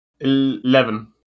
Eleven